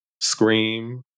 Scream